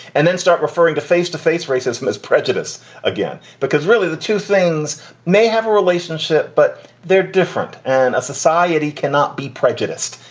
and then start referring to face to face racism as prejudice again, because really the two things may have a relationship, but they're different and a society cannot be prejudiced.